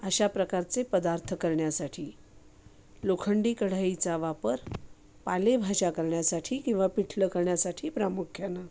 अशा प्रकारचे पदार्थ करण्यासाठी लोखंडी कढाईचा वापर पालेभाज्या करण्यासाठी किंवा पिठलं करण्यासाठी प्रामुख्यानं